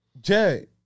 Jay